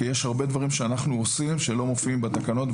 כי יש הרבה דברים שאנחנו עושים שלא מופיעים בתקנות,